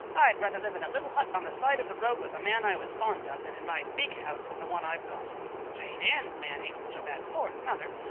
i'd rather live in a little hut on the side of the road with a man i was fond of than in my big house with the one i've got jane ann's man ain't such a bad sort, nuther,